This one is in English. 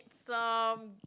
it's long